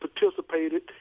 participated